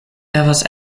devas